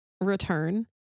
return